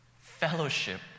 fellowship